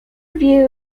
view